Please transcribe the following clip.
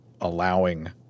allowing